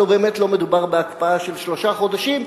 הלוא באמת לא מדובר בהקפאה של שלושה חודשים,